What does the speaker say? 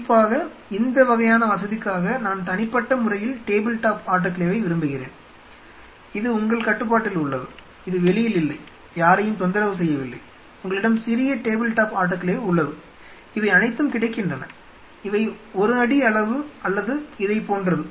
குறிப்பாக இந்த வகையான வசதிக்காக நான் தனிப்பட்ட முறையில் டேபிள் டாப் ஆட்டோகிளேவை விரும்புகிறேன் இது உங்கள் கட்டுப்பாட்டில் உள்ளது அது வெளியில் இல்லை யாரையும் தொந்தரவு செய்யவில்லை உங்களிடம் சிறிய டேபிள் டாப் ஆட்டோகிளேவ் உள்ளது இவை அனைத்தும் கிடைக்கின்றன அவை ஒரு அடி அளவு அல்லது இதைப் போன்றது